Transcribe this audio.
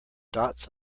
dots